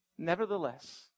Nevertheless